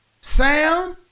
Sam